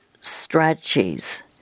strategies